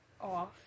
off